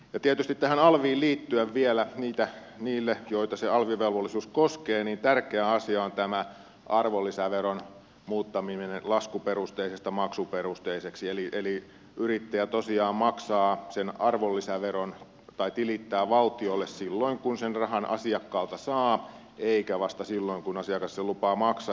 ja tietysti tähän alviin liittyen vielä niille joita se alvivelvollisuus koskee tärkeä asia on tämä arvonlisäveron muuttaminen laskuperusteisesta maksuperusteiseksi eli yrittäjä tosiaan tilittää sen arvonlisäveron valtiolle silloin kun sen rahan asiakkaalta saa eikä vasta silloin kun asiakas sen lupaa maksaa